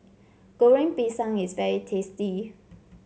Goreng Pisang is very tasty